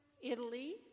Italy